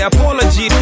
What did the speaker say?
Apology